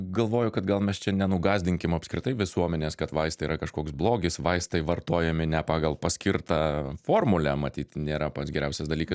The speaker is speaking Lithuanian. galvoju kad gal mes čia nenugąsdinkim apskritai visuomenės kad vaistai yra kažkoks blogis vaistai vartojami ne pagal paskirtą formulę matyt nėra pats geriausias dalykas